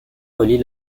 relie